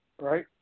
right